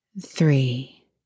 three